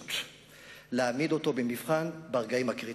הזכות להעמיד אותו במבחן ברגעים הקריטיים.